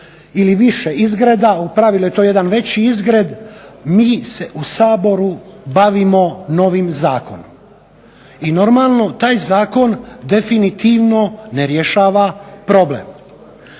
ili više izgreda, u pravilu je to jedan veći izgred, mi se u Saboru bavimo novim zakonom i normalno taj zakon definitivno ne rješava problem.